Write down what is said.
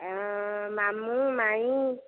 ମାମୁଁ ମାଇଁ